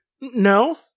No